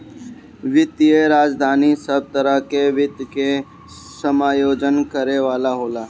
वित्तीय राजधानी सब तरह के वित्त के समायोजन करे वाला होला